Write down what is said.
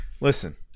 listen